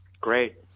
Great